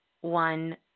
one